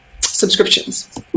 subscriptions